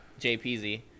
JPZ